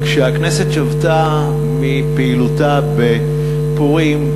כשהכנסת שבתה מפעילותה בפורים,